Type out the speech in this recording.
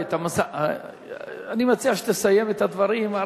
אני מציע שתסיים את הדברים.